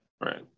right